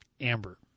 Amber